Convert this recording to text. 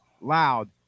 loud